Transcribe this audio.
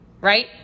right